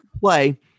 play